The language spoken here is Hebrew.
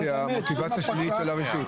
זאת מוטיבציה שלילית של הרשות.